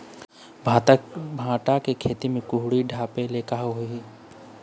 भांटा के खेती म कुहड़ी ढाबे ले का होही?